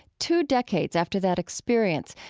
two decades after that experience,